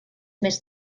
més